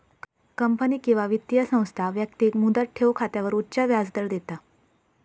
company किंवा वित्तीय संस्था व्यक्तिक मुदत ठेव खात्यावर उच्च व्याजदर देता